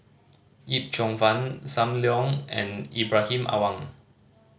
Yip Cheong Fun Sam Leong and Ibrahim Awang